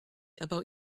about